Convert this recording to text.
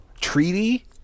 treaty